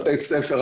בתי ספר,